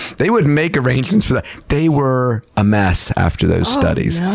they wouldn't make arrangements for that. they were a mess after those studies.